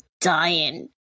dying